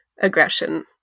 aggression